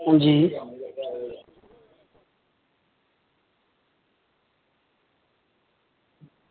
हां जी